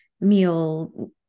meal